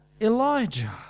Elijah